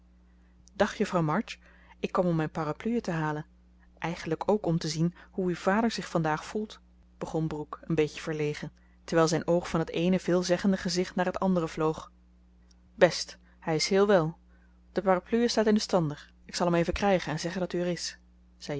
dag juffrouw march ik kwam om mijn parapluie te halen eigenlijk ook om te zien hoe uw vader zich vandaag voelt begon brooke een beetje verlegen terwijl zijn oog van het eene veelzeggende gezicht naar het andere vloog best hij is heel wel de parapluie staat in den stander ik zal hem even krijgen en zeggen dat u er is zei